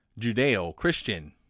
Judeo-Christian